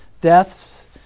deaths